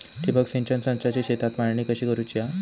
ठिबक सिंचन संचाची शेतात मांडणी कशी करुची हा?